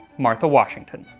martha washington.